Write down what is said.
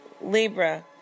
Libra